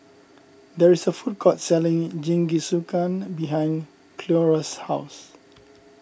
there is a food court selling Jingisukan behind Cleora's house